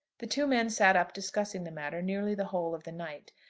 the two men sat up discussing the matter nearly the whole of the night,